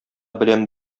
беләм